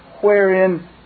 wherein